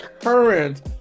current